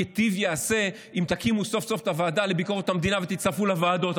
ייטב אם תקימו סוף-סוף את הוועדה לביקורת המדינה ותצטרפו לוועדות.